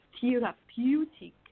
therapeutic